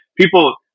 people